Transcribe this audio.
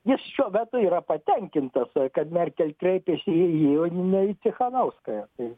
jis šiuo metu yra patenkintas kad merkel kreipėsi į jį o ne į cichanauskają tai